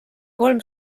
kolm